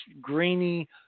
grainy